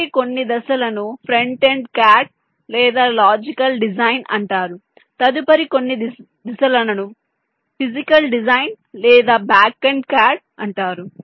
మొదటి కొన్ని దశలను ఫ్రంట్ ఎండ్ CAD లేదా లాజికల్ డిజైన్ అంటారు తదుపరి కొన్ని దశలను ఫిజికల్ డిజైన్ లేదా బ్యాక్ ఎండ్ CAD అంటారు